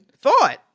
thought